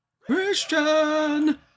Christian